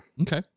Okay